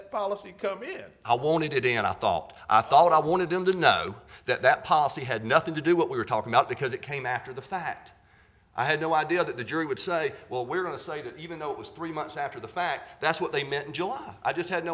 that policy come in i wanted it and i thought i thought i wanted them to know that that policy had nothing to do what we were talking about because it came after the fact i had no idea that the jury would say well we're going to say that even though it was three months after the fact that's what they meant in july i just had